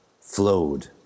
flowed